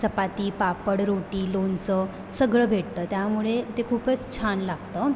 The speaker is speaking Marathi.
चपाती पापड रोटी लोणचं सगळं भेटतं त्यामुळे ते खूपच छान लागतं